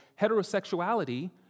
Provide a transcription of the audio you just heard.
heterosexuality